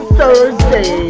Thursday